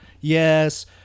Yes